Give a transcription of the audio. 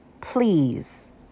please